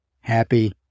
happy